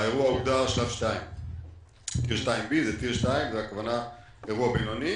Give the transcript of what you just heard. האירוע הוגדר שלב 2, הכוונה אירוע בינוני